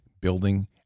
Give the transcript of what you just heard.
building